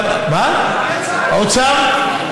האוצר.